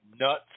nuts